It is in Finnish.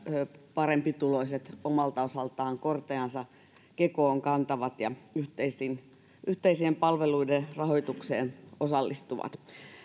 parempituloiset omalta osaltaan kortensa kekoon kantavat ja yhteisien yhteisien palveluiden rahoitukseen osallistuvat